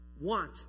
want